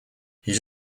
his